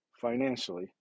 financially